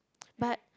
but